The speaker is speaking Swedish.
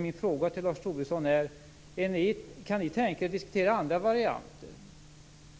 Min fråga till Lars Tobisson är: Kan ni tänka er att diskutera andra varianter,